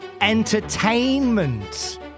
entertainment